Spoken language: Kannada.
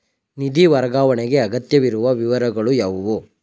ನಿಧಿ ವರ್ಗಾವಣೆಗೆ ಅಗತ್ಯವಿರುವ ವಿವರಗಳು ಯಾವುವು?